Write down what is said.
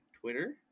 Twitter